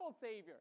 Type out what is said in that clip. Savior